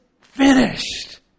finished